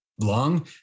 long